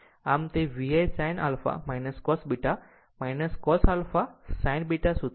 આમ તે VI sin a cos b cos a sin b સૂત્ર છે